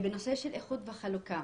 בנושא של איחוד וחלוקה